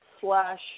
slash